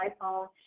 iPhone